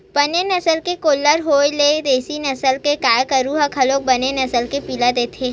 बने नसल के गोल्लर होय ले देसी नसल के गाय गरु ह घलोक बने नसल के पिला देथे